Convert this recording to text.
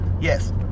Yes